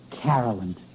Carolyn